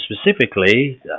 specifically